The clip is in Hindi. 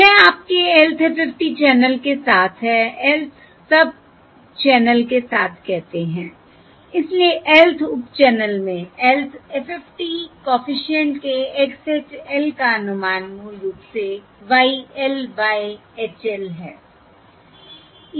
यह आपके lth FFT चैनल के साथ है lth सब चैनल के साथ कहते हैं इसलिए lth उप चैनल में lth FFT कॉफिशिएंट के X hat l का अनुमान मूल रूप से Y l by H l है